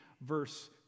verse